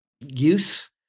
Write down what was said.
use